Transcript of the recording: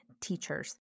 teachers